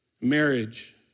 Marriage